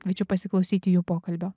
kviečiu pasiklausyti jų pokalbio